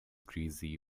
greasy